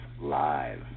Live